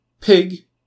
Pig